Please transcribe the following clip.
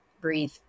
breathe